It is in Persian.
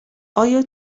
آیا